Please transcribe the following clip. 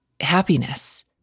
happiness